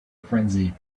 frenzy